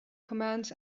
commands